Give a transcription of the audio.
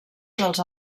dels